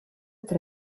tre